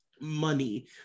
money